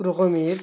রকমের